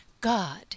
God